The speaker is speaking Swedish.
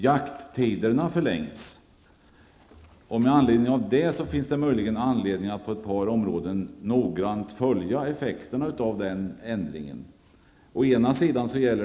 Jakttiderna förlängs. Med anledning av detta finns det möjligen anledning att på ett par områden noggrant följa effekterna av denna ändring.